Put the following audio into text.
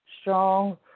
strong